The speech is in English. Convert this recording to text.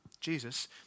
Jesus